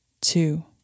two